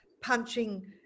punching